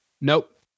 Nope